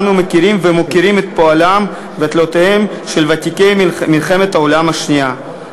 אנו מכירים ומוקירים את פועלם ותלאותיהם של ותיקי מלחמת העולם השנייה.